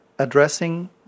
addressing